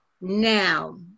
Now